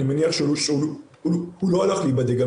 אני מניח שהוא לא הלך להיבדק.